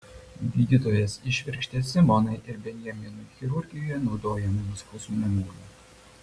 gydytojas įšvirkštė simonai ir benjaminui chirurgijoje naudojamų nuskausminamųjų